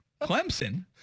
Clemson